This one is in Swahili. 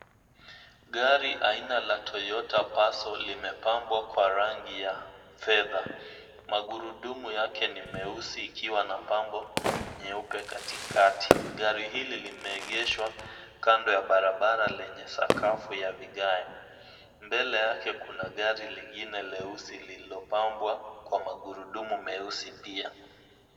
Gari aina la Toyota Passo limepambwa kwa rangi ya fedha. Magurudumu yake ni meusi ikiwa na pambo nyeupe katikati. Gari hili limeegeshwa kando ya barabara lenye sakafu ya vigae. Mbele yake kuna gari lingine jeusi lililopambwa kwa magurudumu meusi pia.